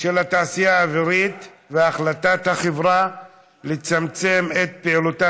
של התעשייה האווירית והחלטת החברה לצמצם את פעילותה